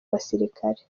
abasirikare